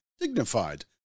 dignified